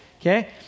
okay